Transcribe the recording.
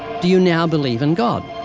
do you now believe in god?